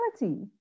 reality